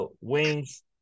wings